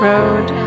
Road